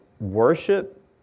worship